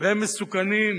והם מסוכנים,